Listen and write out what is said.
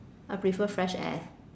I prefer fresh air